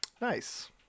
Nice